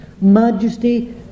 majesty